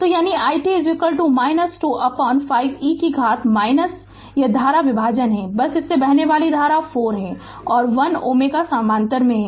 तो यानी i t 25 e कि घात यह धारा विभाजन है बस इससे बहने वाली धारा 4 और 1 Ω समानांतर में हैं